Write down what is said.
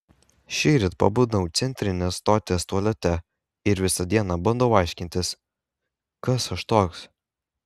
šįryt pabudau centrinės stoties tualete ir visą dieną bandau aiškintis kas aš toks